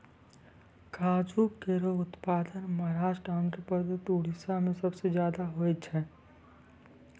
काजू केरो उत्पादन महाराष्ट्र, आंध्रप्रदेश, उड़ीसा में सबसे जादा होय छै